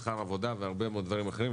שכר עבודה והרבה מאוד דברים אחרים,